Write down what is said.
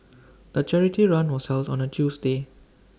the charity run was held on A Tuesday